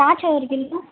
திராட்சை ஒரு கிலோ